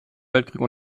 weltkrieg